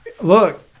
Look